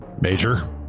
Major